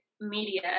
media